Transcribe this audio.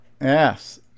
yes